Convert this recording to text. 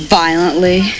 violently